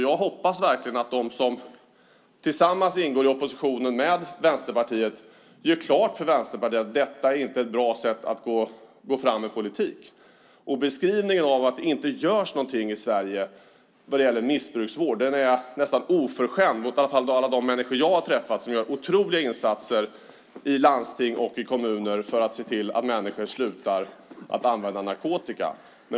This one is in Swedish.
Jag hoppas verkligen att de som ingår i oppositionen tillsammans med Vänsterpartiet gör klart för Vänsterpartiet att detta inte är ett bra sätt att gå fram med politik. Beskrivningen att det inte görs någonting i Sverige vad gäller missbrukarvård är nästan oförskämd, i alla fall mot alla människor som jag har träffat som gör otroliga insatser i landsting och kommuner för att se till att människor slutar att använda narkotika.